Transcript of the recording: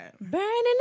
Burning